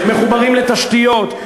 מחוברים לתשתיות,